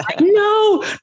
No